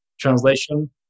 translation